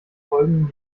folgen